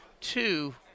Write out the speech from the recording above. two